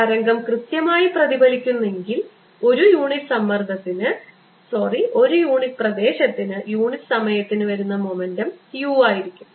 തരംഗം കൃത്യമായി പ്രതിഫലിക്കുന്നുവെങ്കിൽ ഒരു യൂണിറ്റ് പ്രദേശത്തിന് യൂണിറ്റ് സമയത്തിന് വരുന്ന മൊമെൻ്റം u ആയിരിക്കും